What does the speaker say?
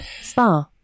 spa